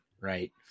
right